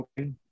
Okay